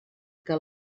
que